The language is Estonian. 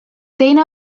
teine